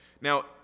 Now